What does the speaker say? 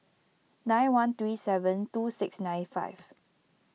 nine one three seven two six nine five